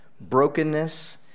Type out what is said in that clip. brokenness